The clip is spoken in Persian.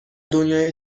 دنیای